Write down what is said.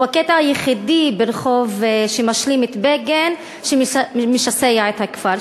הוא הקטע היחידי שמשלים את כביש בגין שמשסע את הכפר.